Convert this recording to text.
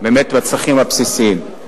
באמת לצרכים הבסיסיים.